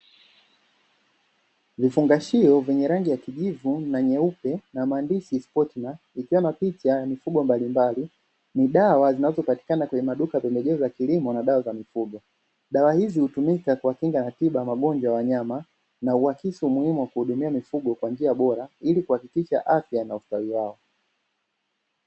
Vifungashio vyenye rangi ya kijivu na nyeupe na maandishi Spotna ikiwa na picha ya mifugo mbalimbali, ni wa dawa za mifugo zinazopatikana kwenye maduka ya pembejeo za kilimo na dawa za mifugo. Dawa hizi hutumika kwa kinga na tiba ya magonjwa ya wanyama, na huakisi umuhimu wa kuwahudumia mifugo kwa njia bora ili kuhakikisha afya na ustawi wao.